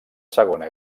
segona